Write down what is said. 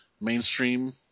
mainstream